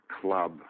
Club